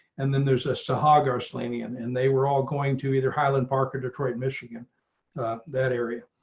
and then there's a saga arslanian and they were all going to either highland park or detroit, michigan that area,